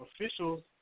officials